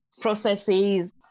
processes